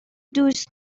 دوست